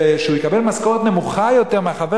ושהוא יקבל משכורת נמוכה יותר מהחבר